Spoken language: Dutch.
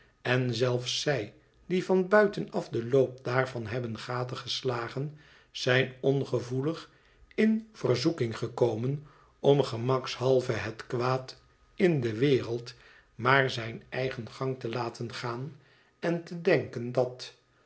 en zelfs zij die van buiten af den loop daarvan hebben gadegeslagen zijn ongevoelig in verzoeking gekomen om gemakshalve het kwaad in de wereld maar zyn eigen gang te laten gaan en te denken dat